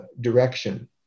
direction